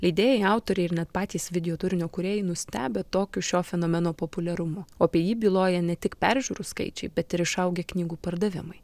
leidėjai autoriai ir net patys video turinio kūrėjai nustebę tokiu šio fenomeno populiarumu o apie jį byloja ne tik peržiūrų skaičiai bet ir išaugę knygų pardavimai